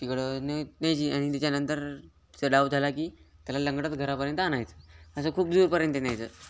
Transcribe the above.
तिकडं न न्यायची आणि त्याच्यानंतर च डाव झाला की त्याला लंगडत घरापर्यंत आणायचं असं खूप दूरपर्यंत न्यायचं